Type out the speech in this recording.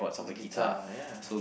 in the guitar ya